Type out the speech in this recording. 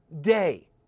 day